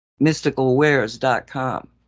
mysticalwares.com